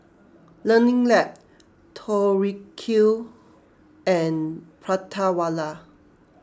Learning Lab Tori Q and Prata Wala